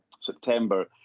September